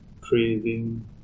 craving